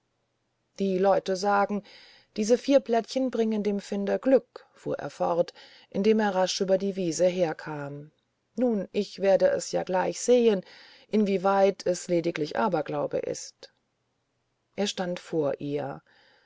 die leute sagen diese vier blättchen bringen dem finder glück fuhr er fort indem er rasch über die wiese herkam nun ich werde ja gleich sehen inwieweit es leidiger aberglaube ist er stand vor ihr